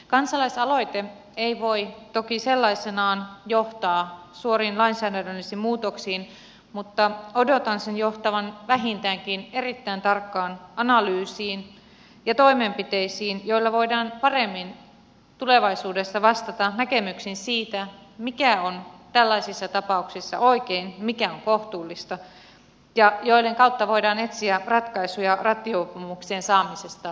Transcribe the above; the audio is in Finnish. kansalaisaloite ei voi toki sellaisenaan johtaa suoriin lainsäädännöllisiin muutoksiin mutta odotan sen johtavan vähintäänkin erittäin tarkkaan analyysiin ja toimenpiteisiin joilla voidaan paremmin tulevaisuudessa vastata näkemyksiin siitä mikä on tällaisissa tapauksissa oikein mikä on kohtuullista ja joiden kautta voidaan etsiä ratkaisuja rattijuopumuksien saamisesta kuriin